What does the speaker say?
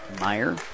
Meyer